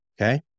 Okay